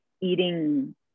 eating